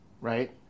right